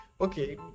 okay